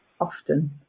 often